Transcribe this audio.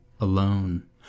alone